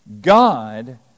God